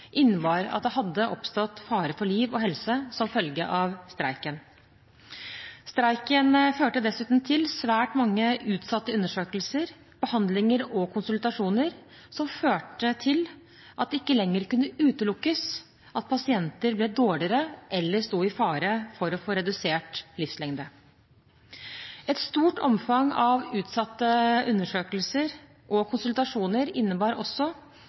innebar at det hadde oppstått fare for liv og helse som følge av streiken. Streiken førte dessuten til svært mange utsatte undersøkelser, behandlinger og konsultasjoner, noe som førte til at det ikke lenger kunne utelukkes at pasienter ble dårligere eller sto i fare for å få redusert livslengde. Et stort omfang av utsatte undersøkelser og konsultasjoner innebar også